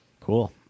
Cool